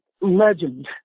legend